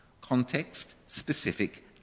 context-specific